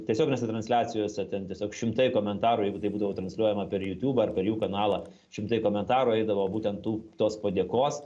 tiesioginėse transliacijose ten tiesiog šimtai komentarų jeigu tai būdavo transliuojama per jutubą ar per jų kanalą šimtai komentarų eidavo būtent tų tos padėkos